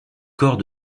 corps